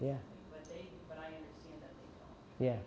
yeah yeah